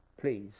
please